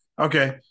Okay